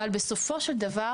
אבל בסופו של דבר